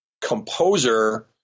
composer